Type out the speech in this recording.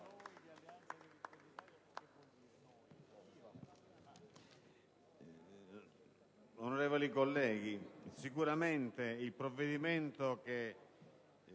onorevoli colleghi, sicuramente il provvedimento che